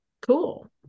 cool